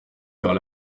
vers